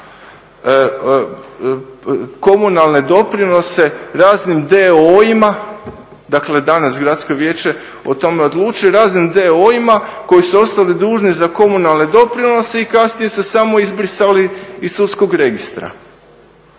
komunalne doprinose raznim d.o.o., dakle danas gradsko vijeće o tome odlučuje, raznim d.o.o. koji su ostali dužni za komunalne doprinose i kasnije se samo izbrisali iz sudskog registra.